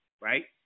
right